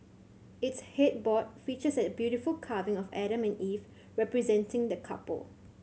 its headboard features a beautiful carving of Adam and Eve representing the couple